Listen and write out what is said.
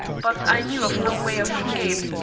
but i knew of no way of escape,